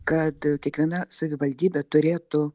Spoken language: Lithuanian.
kad kiekviena savivaldybė turėtų